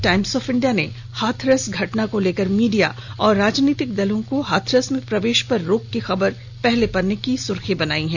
Times of India ने हाथरस घटना को लेकर मीडिया और राजनीतिक दलों को हाथरस में प्रवेश पर रोक की खबर को पहले पन्ने की सुर्खिया बनाई है